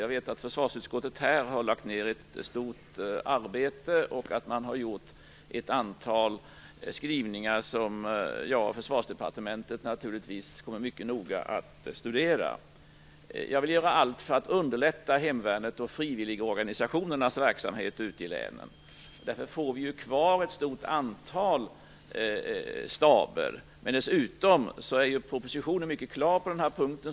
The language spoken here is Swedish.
Jag vet att försvarsutskottet här har lagt ned ett väldigt stort arbete och att man har gjort ett antal skrivningar som vi i Försvarsdepartementet naturligtvis mycket noga kommer att studera. Jag vill göra allt för att underlätta hemvärnets och frivilligorganisationernas verksamhet ute i länen. Därför kommer ett stort antal staber att finnas kvar. Dessutom är propositionen mycket klar på den här punkten.